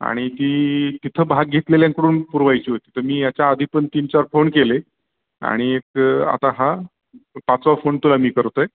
आणि ती तिथं भाग घेतलेल्यांकडून पुरवायची होती तर मी याच्या आधी पण तीनचार फोन केले आणि एक आता हा प पाचवा फोन तुला मी करतो आहे